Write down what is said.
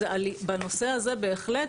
בנושא הזה בהחלט,